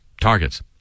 targets